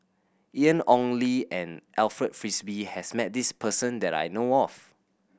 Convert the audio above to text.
Ian Ong Li and Alfred Frisby has met this person that I know of